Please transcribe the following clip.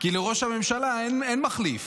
כי לראש הממשלה אין מחליף,